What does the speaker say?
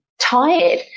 tired